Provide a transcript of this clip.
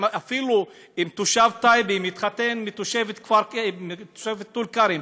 אפילו אם תושב טייבה מתחתן עם תושבת טול כרם,